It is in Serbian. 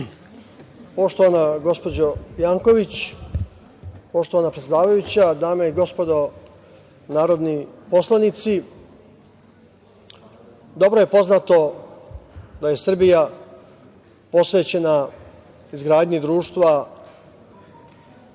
Poštovana gospođo Janković, poštovana predsedavajuća, dame i gospodo narodni poslanici, dobro je poznato da je Srbija posvećena izgradnji društva čiji